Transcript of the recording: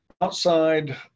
Outside